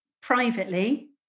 privately